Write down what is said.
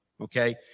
okay